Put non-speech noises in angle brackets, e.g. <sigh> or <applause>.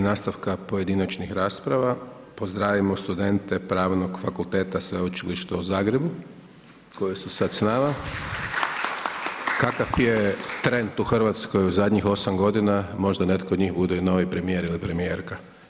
Prije nastavka pojedinačnih rasprava, pozdravimo studente Pravnog fakulteta Sveučilišta u Zagrebu koji su sad s nama. <applause> Kakav je trend u Hrvatskoj u zadnjih 8 godina, možda od netko od njih bude i novi premijer ili premijerka.